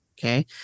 okay